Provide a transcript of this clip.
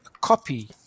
copy